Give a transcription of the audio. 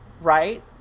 right